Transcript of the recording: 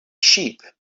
sheep